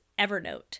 Evernote